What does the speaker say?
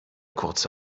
kurze